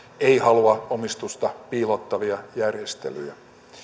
ei halua omistusta piilottavia järjestelyjä